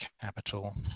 capital